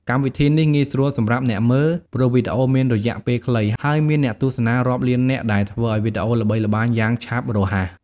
កម្មវិធីនេះងាយស្រួលសម្រាប់អ្នកមើល ព្រោះវីដេអូមានរយៈពេលខ្លី ហើយមានអ្នកទស្សនារាប់លាននាក់ ដែលធ្វើឲ្យវីដេអូល្បីល្បាញយ៉ាងឆាប់រហ័ស។